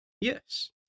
Yes